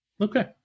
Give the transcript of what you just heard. Okay